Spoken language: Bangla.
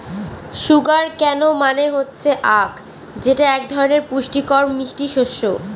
সুগার কেন মানে হচ্ছে আঁখ যেটা এক ধরনের পুষ্টিকর মিষ্টি শস্য